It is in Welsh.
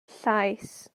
llaes